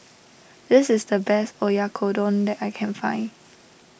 this is the best Oyakodon that I can find